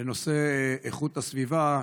לנושא איכות הסביבה,